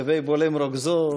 זה לגבי בולם רוגזו,